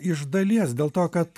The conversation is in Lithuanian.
iš dalies dėl to kad